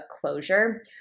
closure